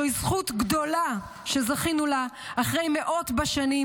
זוהי זכות גדולה שזכינו לה אחרי מאות בשנים,